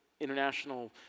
international